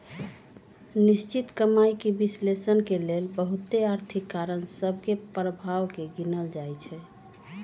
निश्चित कमाइके विश्लेषण के लेल बहुते आर्थिक कारण सभ के प्रभाव के गिनल जाइ छइ